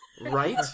Right